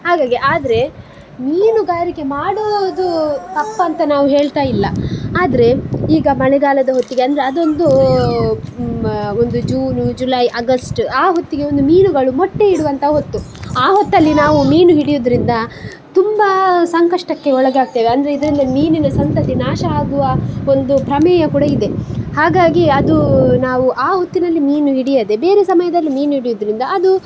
ಹಾಗಾಗಿ ಆದರೆ ಮೀನುಗಾರಿಕೆ ಮಾಡುವುದೂ ತಪ್ಪಂತ ನಾವು ಹೇಳ್ತಾಯಿಲ್ಲ ಆದರೆ ಈಗ ಮಳೆಗಾಲದ ಹೊತ್ತಿಗೆ ಅಂದ್ರೆ ಅದೊಂದೂ ಒಂದು ಜೂನು ಜುಲೈ ಆಗಸ್ಟ್ ಆ ಹೊತ್ತಿಗೆ ಒಂದು ಮೀನುಗಳು ಮೊಟ್ಟೆ ಇಡುವಂಥ ಹೊತ್ತು ಆ ಹೊತ್ತಲ್ಲಿ ನಾವು ಮೀನು ಹಿಡಿಯೋದ್ರಿಂದ ತುಂಬ ಸಂಕಷ್ಟಕ್ಕೆ ಒಳಗಾಗ್ತೇವೆ ಅಂದ್ರೆ ಇದರಿಂದ ಮೀನಿನ ಸಂತತಿ ನಾಶ ಆಗುವ ಒಂದು ಪ್ರಮೇಯ ಕೂಡ ಇದೆ ಹಾಗಾಗಿ ಅದೂ ನಾವು ಆ ಹೊತ್ತಿನಲ್ಲಿ ಮೀನು ಹಿಡಿಯದೆ ಬೇರೆ ಸಮಯದಲ್ಲಿ ಮೀನು ಹಿಡಿಯೋದ್ರಿಂದ ಅದು